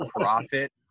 profit